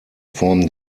form